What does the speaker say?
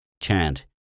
chant